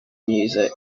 music